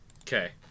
Okay